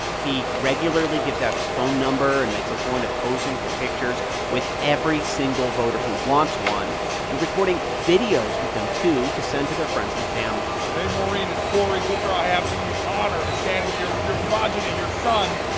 he regularly gives out his phone number and makes a point of posing for pictures with every single voter who wants one and recording videos with them, too, to send to their friends and family hey, maureen. it's cory booker. i have the honor to stand here with your progeny, your son,